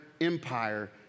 empire